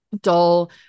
dull